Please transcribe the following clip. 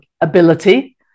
ability